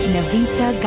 Navita